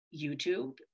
YouTube